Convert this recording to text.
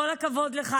כל הכבוד לך.